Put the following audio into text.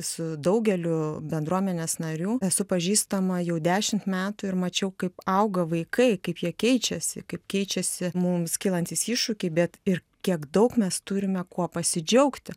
su daugeliu bendruomenės narių esu pažįstama jau dešimt metų ir mačiau kaip auga vaikai kaip jie keičiasi kaip keičiasi mums kylantys iššūkiai bet ir kiek daug mes turime kuo pasidžiaugti